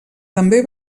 també